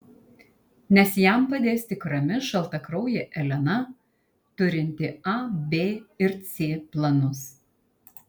nes jam padės tik rami šaltakraujė elena turinti a b ir c planus